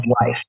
life